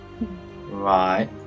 right